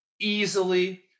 easily